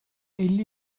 elli